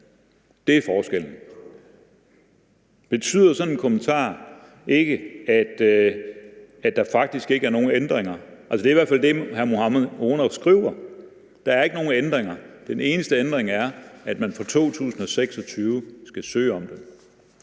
Det er forskellen. Betyder sådan en kommentar ikke, at der faktisk ikke er nogen ændringer? Det er i hvert fald det, hr. Mohammad Rona skriver. Der er ikke nogen ændringer. Den eneste ændring er, at man fra 2026 skal søge om det.